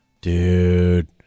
dude